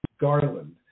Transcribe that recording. Garland